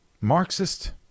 Marxist